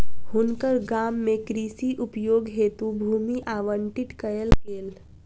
हुनकर गाम में कृषि उपयोग हेतु भूमि आवंटित कयल गेल